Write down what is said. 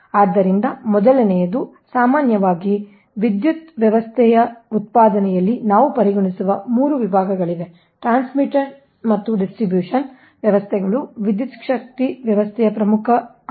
ಆದ್ದರಿಂದ ಮೊದಲನೆಯದು ಸಾಮಾನ್ಯವಾಗಿ ವಿದ್ಯುತ್ ವ್ಯವಸ್ಥೆ ಉತ್ಪಾದನೆಯಲ್ಲಿ ನಾವು ಪರಿಗಣಿಸುವ 3 ವಿಭಾಗಗಳಿವೆ ಟ್ರಾನ್ಸ್ಮಿಷನ್ ಮತ್ತು ಡಿಸ್ಟ್ರಿಬ್ಯೂಷನ್ ವ್ಯವಸ್ಥೆಗಳು ವಿದ್ಯುತ್ ಶಕ್ತಿ ವ್ಯವಸ್ಥೆಯ ಮುಖ್ಯ ಅಂಶಗಳಾಗಿವೆ